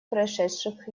произошедших